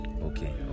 Okay